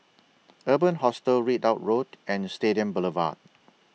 Urban Hostel Ridout Road and Stadium Boulevard